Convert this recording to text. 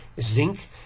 Zinc